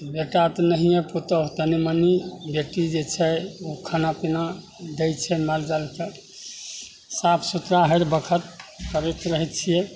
बेटा तऽ नहिए पुतौह तनि मनि बेटी जे छै ओ खानापिना दै छै मालजालकेँ साफसुथरा हर बखत करैत रहै छिए